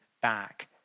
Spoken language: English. back